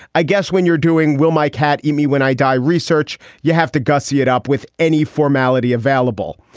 i guess when you're doing will my cat eat me when i die? research. you have to gussy it up with any formality available.